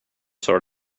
sort